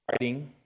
writing